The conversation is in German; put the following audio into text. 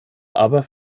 aber